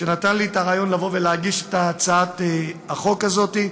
שנתן לי את הרעיון להגיש את הצעת החוק הזאת.